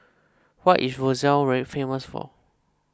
what is Roseau famous for